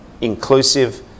inclusive